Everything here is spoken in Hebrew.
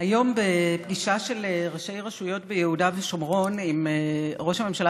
היום בפגישה של ראשי רשויות ביהודה ושומרון עם ראש הממשלה